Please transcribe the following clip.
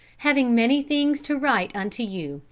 having many things to write unto you,